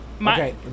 Okay